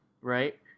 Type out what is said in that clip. right